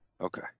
Okay